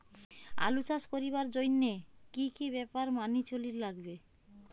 আলু চাষ করিবার জইন্যে কি কি ব্যাপার মানি চলির লাগবে?